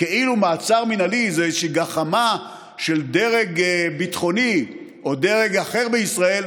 כאילו מעצר מינהלי זה איזושהי גחמה של דרג ביטחוני או דרג אחר בישראל,